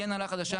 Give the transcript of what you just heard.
הגיעה הנהלה חדשה,